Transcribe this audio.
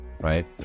right